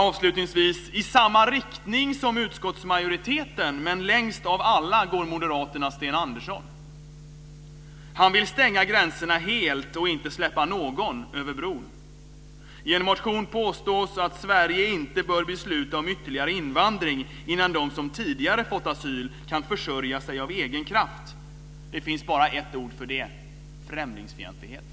Avslutningsvis: I samma riktning som utskottsmajoriteten men längst av alla går moderaternas Sten Andersson. Han vill stänga gränserna helt och inte släppa någon över bron. I en motion påstås att Sverige inte bör besluta om ytterligare invandring innan de som tidigare har fått asyl kan försörja sig av egen kraft. Det finns bara ett ord för det: främlingsfientlighet.